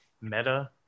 meta